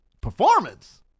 Performance